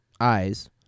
eyes